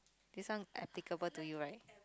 this one applicable to you right